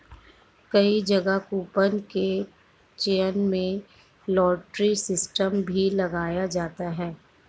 कई जगह कूपन के चयन में लॉटरी सिस्टम भी लगाया जाता है